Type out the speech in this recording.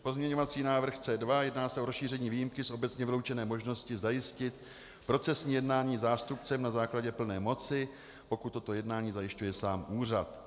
Pozměňovací návrh C2, jedná se o rozšíření výjimky z obecně vyloučené možnosti zajistit procesní jednání zástupcem na základě plné moci, pokud toto jednání zajišťuje sám úřad.